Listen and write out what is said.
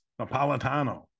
Napolitano